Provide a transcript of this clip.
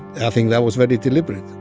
i think that was very deliberate